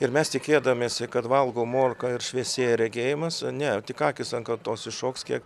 ir mes tikėdamiesi kad valgau morką ir šviesėja regėjimas ne tik akys ant kaktos iššoks kiek